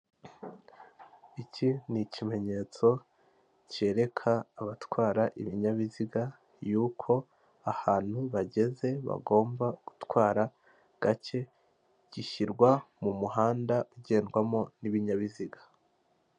Iki ni ikimenyetso cyereka abatwara ibinyabiziga yuko ahantu bageze bagomba gutwara gake, gishyirwa mu muhanda ugendwamo n'ibinyabiziga.